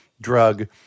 drug